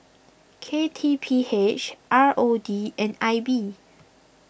K T P H R O D and I B